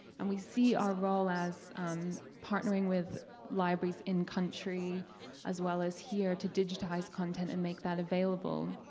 and we see our role as partnering with libraries in country as well as here to digitize content and make that available.